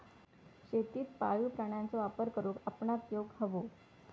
शेतीत पाळीव प्राण्यांचो वापर करुक आपणाक येउक हवो